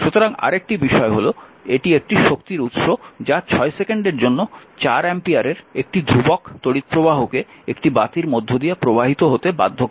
সুতরাং আরেকটি বিষয় হল এটি একটি শক্তির উৎস যা 6 সেকেন্ডের জন্য 4 অ্যাম্পিয়ারের একটি ধ্রুবক তড়িৎ প্রবাহকে একটি বাতির মধ্য দিয়ে প্রবাহিত হতে বাধ্য করে